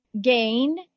Gain